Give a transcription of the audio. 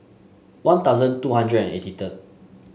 One Thousand two hundred and eighty third